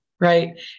right